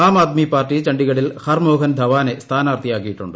ആം Aadmi Party ചാണ്ഡിഗ്ഡിൽ ഹർമോഹൻ ധവാനെ സ്ഥാനാർത്ഥിയാക്കിയിട്ടൂണ്ട്